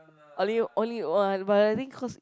early only one but I think cause